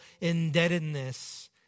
indebtedness